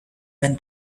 when